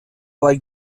like